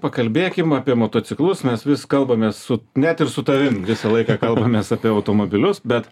pakalbėkim apie motociklus mes vis kalbamės su net ir su tavim visą laiką kalbamės apie automobilius bet